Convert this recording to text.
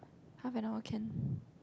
half an hour can